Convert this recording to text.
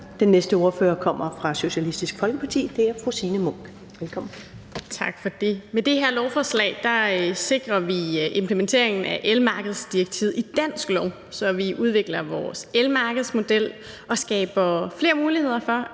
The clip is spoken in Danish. Den næste ordfører kommer fra Socialistisk Folkeparti. Det er fru Signe Munk. Velkommen. Kl. 10:44 (Ordfører) Signe Munk (SF): Tak for det. Med det her lovforslag sikrer vi implementeringen af elmarkedsdirektivet i dansk lov, så vi udvikler vores elmarkedsmodel og skaber flere muligheder for,